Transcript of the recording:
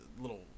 little